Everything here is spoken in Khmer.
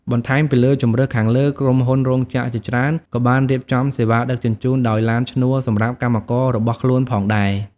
បន្ថែមពីលើជម្រើសខាងលើ ក្រុមហ៊ុនរោងចក្រជាច្រើនក៏បានរៀបចំសេវាដឹកជញ្ជូនដោយឡានឈ្នួលសម្រាប់កម្មកររបស់ខ្លួនផងដែរ។